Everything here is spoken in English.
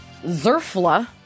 Zerfla